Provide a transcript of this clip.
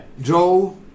Joe